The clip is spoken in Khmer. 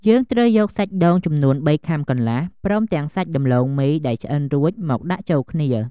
យើងត្រូវយកសាច់ដូងចំនួន ៣ខាំកន្លះ ព្រមទាំងសាច់ដំឡូងមីដែលឆ្អិនរួចមកដាក់ចូលគ្នា។